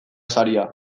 saria